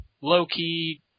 Low-key